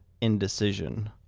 indecision